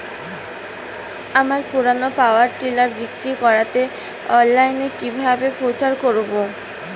আমার পুরনো power tiller বিক্রি করাতে অনলাইনে কিভাবে প্রচার করব?